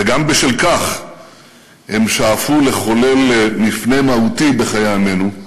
וגם בשל כך הם שאפו לחולל מפנה מהותי בחיי עמנו,